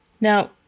Now